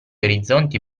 orizzonti